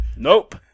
Nope